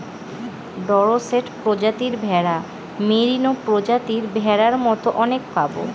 Dorset প্রজাতির ভেড়া, merino প্রজাতির ভেড়ার মতো অনেক পাবো